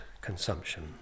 consumption